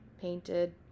painted